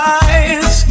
eyes